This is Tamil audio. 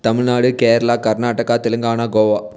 தமிழ்நாடு கேரளா கர்நாடகா தெலுங்கானா கோவா